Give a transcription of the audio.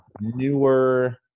newer